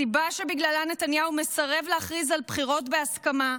הסיבה שבגללה נתניהו מסרב להכריז על בחירות בהסכמה,